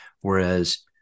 Whereas